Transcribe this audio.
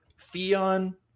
Theon